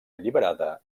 alliberada